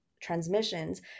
transmissions